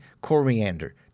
coriander